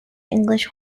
english